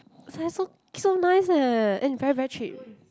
it's like so so nice eh and very very cheap